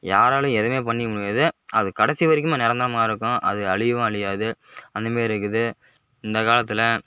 யாரலையும் எதுவுமே பண்ணிக்க முடியாது அது கடைசி வரைக்குமே நிரந்தரமாக இருக்கும் அது அழியவும் அழியாது அந்தமாரி இருக்குது இந்த காலத்தில்